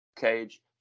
Cage